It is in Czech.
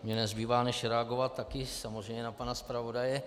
Mně nezbývá než reagovat taky samozřejmě na pana zpravodaje.